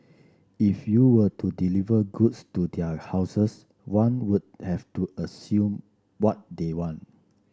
if you were to deliver goods to their houses one would have to assume what they want